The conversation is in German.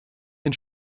den